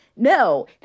No